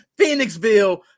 Phoenixville